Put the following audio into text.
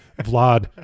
Vlad